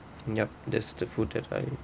yup that's the food that I